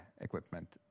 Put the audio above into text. equipment